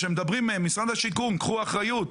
משרד השיכון, קחו אחריות.